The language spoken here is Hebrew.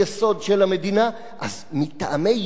אז מטעמי יסוד שכאלה,